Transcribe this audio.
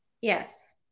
Yes